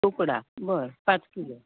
तुकडा बरं पाच किलो